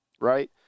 right